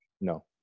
No